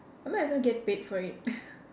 I might as well get paid for it